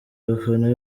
abafana